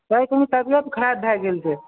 sir कनी तबियत खराब भऽ गेल छै